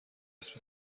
اسم